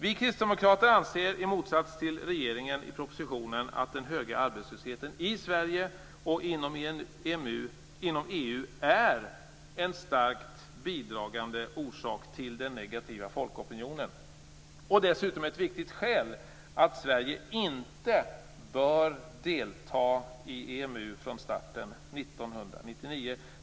Vi kristdemokrater anser, i motsats till regeringen i propositionen, att den höga arbetslösheten i Sverige och inom EU är en starkt bidragande orsak till den negativa folkopinionen. Den är dessutom ett viktigt skäl till att Sverige inte bör delta i EMU från starten 1999.